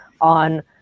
on